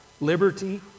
liberty